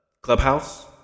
Clubhouse